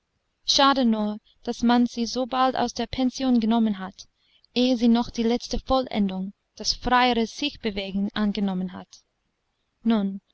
schade nur das man sie so bald aus der pension genommen hat ehe sie noch die letzte vollendung das freiere sichbewegen angenommen hat nun